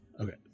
Okay